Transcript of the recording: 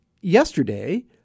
yesterday